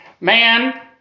man